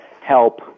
help